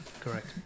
correct